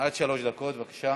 עד שלוש דקות, בבקשה.